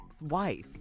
wife